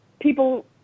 people